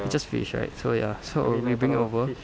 it's just fish right so ya so we bring it over